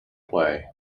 play